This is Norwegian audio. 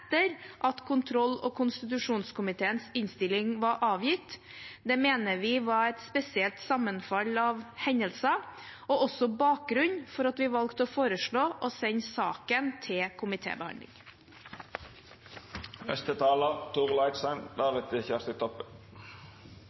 etter at kontroll- og konstitusjonskomiteens innstilling var avgitt. Det mener vi var et spesielt sammenfall av hendelser og også bakgrunnen for at vi valgte å foreslå å sende saken til